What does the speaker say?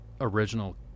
original